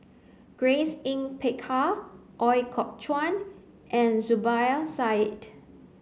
Grace Yin Peck Ha Ooi Kok Chuen and Zubir Said